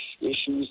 issues